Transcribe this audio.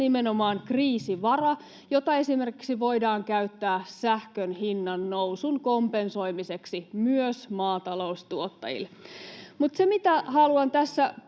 nimenomaan kriisivara, jota voidaan käyttää esimerkiksi sähkön hinnannousun kompensoimiseen myös maataloustuottajille. Mutta se, mihin haluan tässä